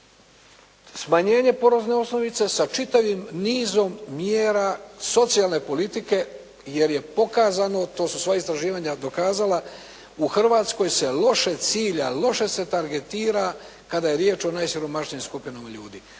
smanjenje porezne osnovice sa čitavim nizom mjera socijalne politike jer je pokazano, to su sva istraživanja dokazala u Hrvatskoj se loše cilja, loše se targetira kada je riječ o najsiromašnijim skupinama ljudi.